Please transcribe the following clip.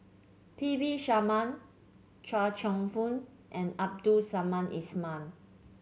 P V Sharma Chia Cheong Fook and Abdul Samad Ismail